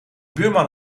buurman